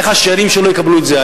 איך השאירים שלו יקבלו את זה.